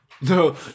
no